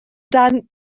dan